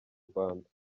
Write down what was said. rwanda